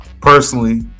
Personally